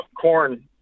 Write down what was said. corn